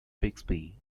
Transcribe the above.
bixby